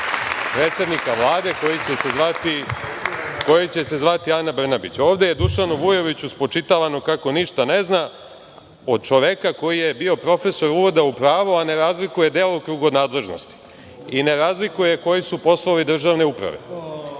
predsednika Vlade koji će se zvati Ana Brnabić. Ovde je Dušanu Vujoviću spočitavano kako ništa ne zna od čoveka koji je bio profesor Uvoda u pravo, a ne razlikuje delokrug od nadležnosti i ne razlikuje koji su poslovi državne uprave. Priča